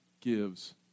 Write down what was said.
gives